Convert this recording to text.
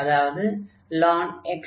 அதாவது ln x2y2 என்று ஆகும்